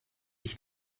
ich